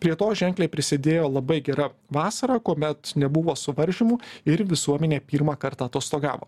prie to ženkliai prisidėjo labai gera vasara kuomet nebuvo suvaržymų ir visuomenė pirmą kartą atostogavo